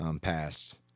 passed